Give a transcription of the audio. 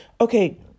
Okay